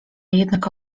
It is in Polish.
jednak